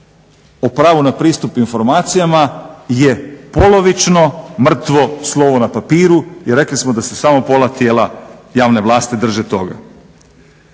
o pravu na pristup informacijama je polovično mrtvo slovo na papiru i rekli smo da se samo pola tijela javne vlasti drže toga.